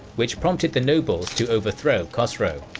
which prompted the nobles to overthrow khosrow.